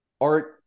art